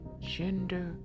gender